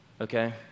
okay